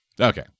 Okay